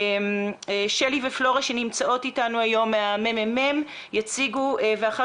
שלי ופלורה שנמצאות איתנו היום מהממ"מ יציגו ואחר